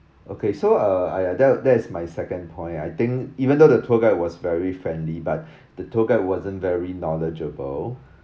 okay so uh I that that is my second point I think even though the tour guide was very friendly but the tour guide wasn't very knowledgeable